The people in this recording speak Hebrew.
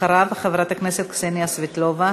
אחריו, חברת הכנסת קסניה סבטלובה.